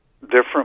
different